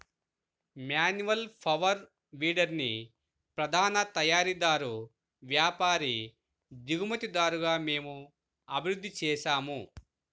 manual power వీడర్ని ప్రధాన తయారీదారు, వ్యాపారి, దిగుమతిదారుగా మేము అభివృద్ధి చేసాము